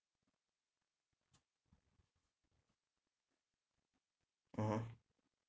(uh huh)